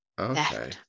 Okay